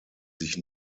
sich